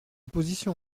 position